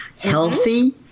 healthy